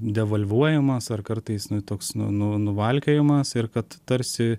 devalvuojamas ar kartais nu toks nu nu nuvalkiojamas ir kad tarsi